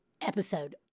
episode